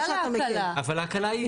אבל ההקלה היא,